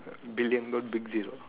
billion got big zero